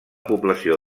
població